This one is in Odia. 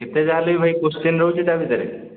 ଯେତେ ଯାହା ହେଲେବି ଭାଇ କ୍ୱେଶ୍ଚିନ୍ ରହୁଛି ତା ଭିତରେ